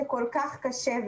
זה כל כך קשה,